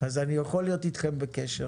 אז אני יכול להיות אתכם בקשר.